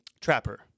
Trapper